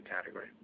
category